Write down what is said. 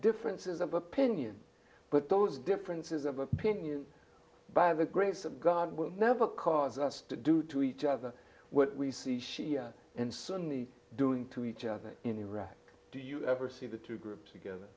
differences of opinion but those differences of opinion by the grace of god will never cause us to do to each other what we see shia and sunni doing to each other in iraq do you ever see the two groups together